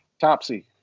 Topsy